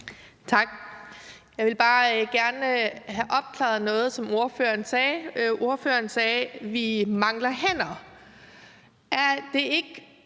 Tak. Jeg vil bare gerne have opklaret noget, som ordføreren sagde. Ordføreren sagde, at vi mangler hænder.